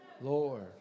Lord